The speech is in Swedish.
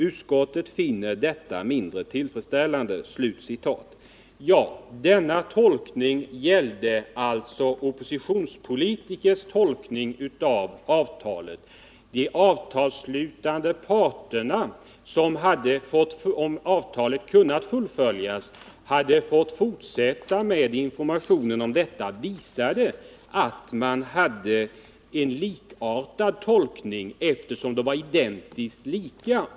Utskottet finner detta mindre tillfredsställande.” Ja, detta om vissa olikheter var oppositionspolitikers tolkning av avtalet. De avtalsslutande parterna hade, om avtalet kunnat fullföljas, fått fortsätta med sin information, som skulle ha visat att tolkningen var likartad. Detta har också blivit resultatet, eftersom avtalen var identiskt lika.